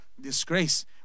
disgrace